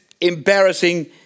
embarrassing